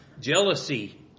Jealousy